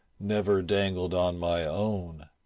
never dangled on my own,